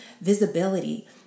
visibility